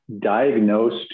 diagnosed